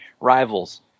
rivals